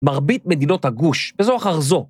מרבית מדינות הגוש, בזו אחר זו,